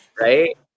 Right